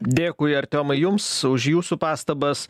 dėkui artiomai jums už jūsų pastabas